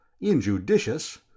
Injudicious